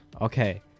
Okay